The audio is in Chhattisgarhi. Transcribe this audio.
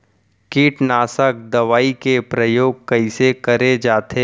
कीटनाशक दवई के प्रयोग कइसे करे जाथे?